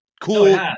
cool